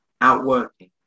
outworking